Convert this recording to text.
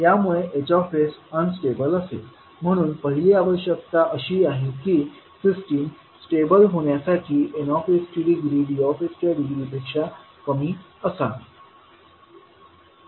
यामुळे Hs unstable असेल म्हणून पहिली आवश्यकता अशी आहे की सिस्टम स्टेबल होण्यासाठी Ns ची डिग्री D च्या डिग्री पेक्षा कमी असावी